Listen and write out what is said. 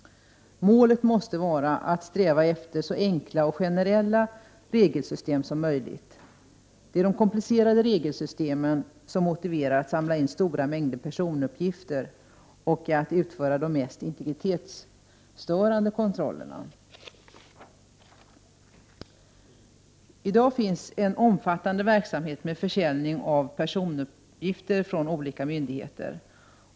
Målet att sträva efter måste vara så enkla och generella regelsystem som möjligt. Det är de komplicerade regelsystemen som motiverar att stora mängder personuppgifter samlas in och att de mest integritetsstörande kontrollerna utförs. I dag finns en omfattande verksamhet med försäljning av personuppgifter från flera myndigheter.